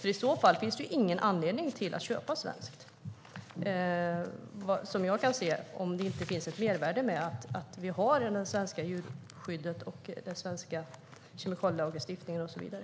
I så fall finns det ju ingen anledning att köpa svenskt, om det inte finns något mervärde med att vi har det svenska djurskyddet, den svenska kemikalielagstiftningen och så vidare.